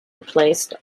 replaced